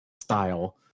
style